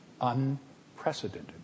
unprecedented